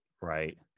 Right